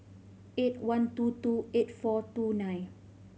eight one two two eight four two nine